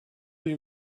you